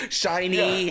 shiny